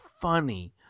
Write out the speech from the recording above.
funny